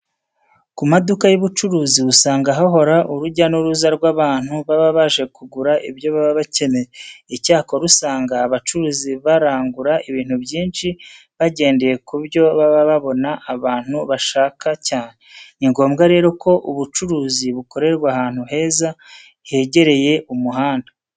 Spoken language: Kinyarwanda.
Ku maduka y'ubucuruzi usanga hahora urujya n'uruza rw'abantu baba baje kugura ibyo baba bakeneye. Icyakora usanga abacuruzi barangura ibintu byinshi bagendeye ku byo baba babona abantu bashaka cyane. Ni ngombwa rero ko ubucuruzi bukorerwa ahantu heza hegereye umuhanda.